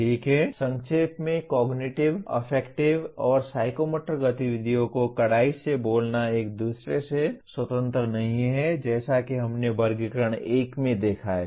ठीक है संक्षेप में कॉग्निटिव अफेक्टिव और साइकोमोटर गतिविधियों को कड़ाई से बोलना एक दूसरे से स्वतंत्र नहीं है जैसा कि हमने वर्गीकरण 1 में देखा है